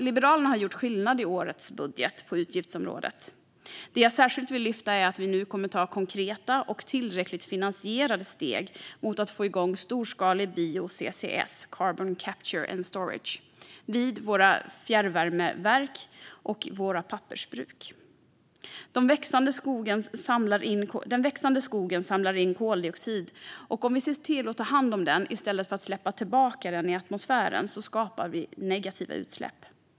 Liberalerna har gjort skillnad i årets budget för utgiftsområdet. Det jag särskilt vill lyfta fram är att vi nu kommer att ta konkreta - och tillräckligt finansierade - steg mot att få igång storskalig bio-CCS, Carbon Capture and Storage, vid våra fjärrvärmeverk och våra pappersbruk. Den växande skogen samlar in koldioxid, och om vi ser till att ta hand om den i stället för att släppa tillbaka den i atmosfären skapar vi negativa utsläpp.